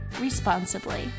responsibly